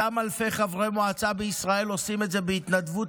אותם אלפי חברי מועצה בישראל עושים את זה בהתנדבות,